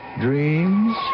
dreams